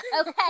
Okay